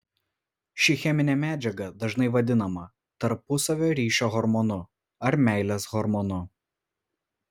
ši cheminė medžiaga dažnai vadinama tarpusavio ryšių hormonu ar meilės hormonu